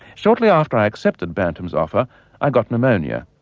shortly after i accepted bantam's offer i got pneumonia.